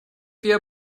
wir